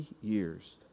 years